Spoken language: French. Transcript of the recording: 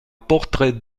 portrait